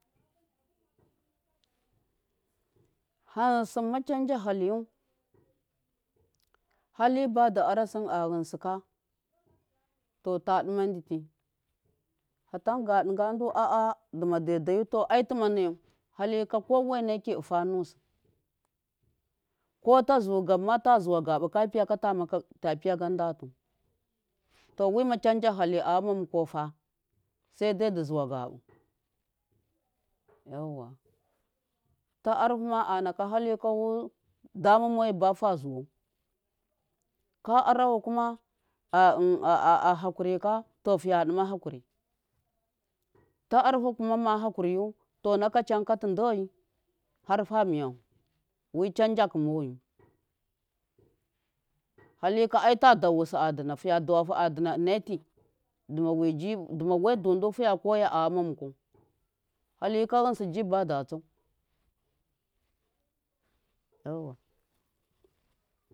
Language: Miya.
simma chanja haliyu hali badu arasini a ghinsika to ta dima di ti fatan ga digatu a. a duma daidayu aituma nayau halika kowe neki ifa nusu kota zugamma ta zu wa ga bu kafiyaka tapiya gatu do wima chanja hali a yama mukwawfa saidai du zuwa ga bu yauwa ta arfuma anaka hali kau dama moyi bafi zuwaid kaara kuma ahakuri ka fiya di ma hankuri ta antu ma hakuri to naka chamka ta de yi harfa miyafu wu chanja khu meyu hali ka aita dawu si adina fiya dawa a dina ina ti duwiji dumai dufi koya a jama mukwau halika ghinsi ji bata tsau yauwa.